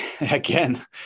again